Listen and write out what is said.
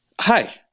Hi